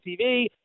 TV